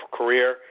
career